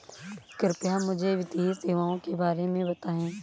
कृपया मुझे वित्तीय सेवाओं के बारे में बताएँ?